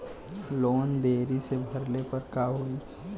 Loan देरी से भरले पर का होई?